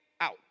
out